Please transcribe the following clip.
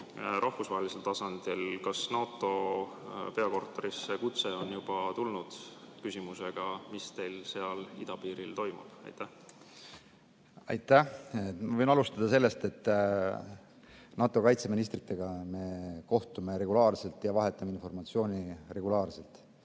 rahvusvahelisel tasandil. Kas kutse NATO peakorterisse on juba tulnud, küsimusega, mis teil seal idapiiril toimub? Aitäh! Ma võin alustada sellest, et NATO kaitseministritega me kohtume regulaarselt ja vahetame informatsiooni regulaarselt.